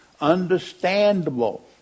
Understandable